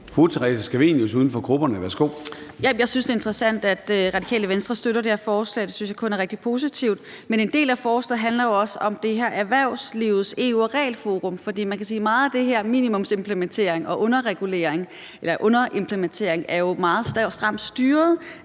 Theresa Scavenius (UFG): Jeg synes, det er interessant, at Radikale Venstre støtter det her forslag. Det synes jeg kun er rigtig positivt. Men en del af forslaget handler jo også om Erhvervslivets EU- og Regelforum, for man kan sige, at meget af det her med minimumsimplementering og underimplementering er jo meget stramt styret